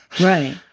Right